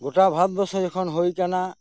ᱜᱚᱴᱟ ᱵᱷᱟᱨᱚᱛ ᱵᱚᱨᱥᱚ ᱡᱚᱠᱷᱚᱱ ᱦᱩᱭ ᱟᱠᱟᱱᱟ